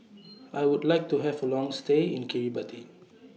I Would like to Have A Long stay in Kiribati